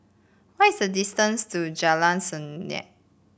what is the distance to Jalan Senang